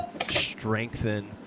strengthen